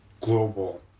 global